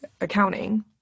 accounting